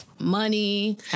money